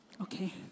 Okay